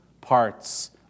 parts